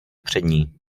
přední